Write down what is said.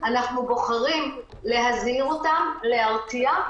אנחנו בוחרים להזהיר אותם, להרתיע,